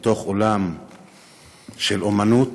בתוך אולם של אמנות,